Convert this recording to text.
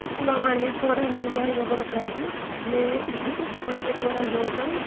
اَسَلامُ علیکُم وَرحمتہ اللہِ وَبَرَکاتُہ میں بہٕ چھَس بانڈی پورَن روزان